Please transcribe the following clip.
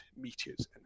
meteors